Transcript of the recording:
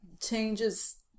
changes